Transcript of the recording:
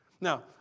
Now